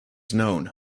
known